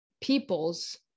people's